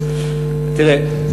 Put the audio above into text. תראה,